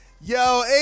Yo